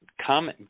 come